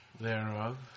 Thereof